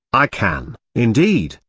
i can, indeed,